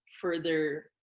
further